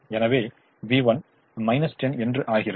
எனவே v1 10 என்று ஆகிறது